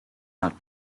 not